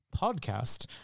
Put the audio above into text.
podcast